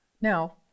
now